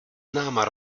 náma